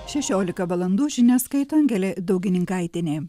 šešiolika valandų žinias skaito angelė daugininkaitienė